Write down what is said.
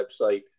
website